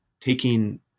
taking